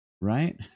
Right